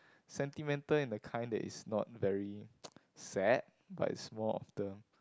sentimental in the kind that is not very sad but it's more of the